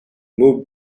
moved